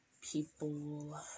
people